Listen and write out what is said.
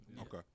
Okay